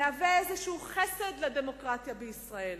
מהווים איזה חסד לדמוקרטיה בישראל?